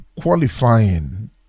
qualifying